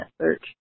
search